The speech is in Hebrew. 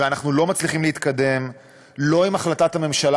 ואנחנו לא מצליחים להתקדם לא עם החלטת הממשלה